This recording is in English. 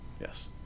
Yes